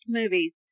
movies